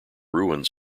ruins